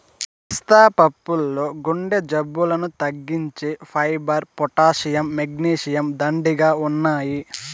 పిస్తా పప్పుల్లో గుండె జబ్బులను తగ్గించే ఫైబర్, పొటాషియం, మెగ్నీషియం, దండిగా ఉన్నాయి